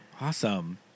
Awesome